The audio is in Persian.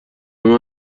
منو